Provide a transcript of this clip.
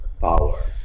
Power